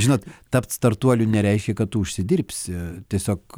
žinot tapt startuoliu nereiškia kad tu užsidirbsi tiesiog